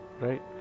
right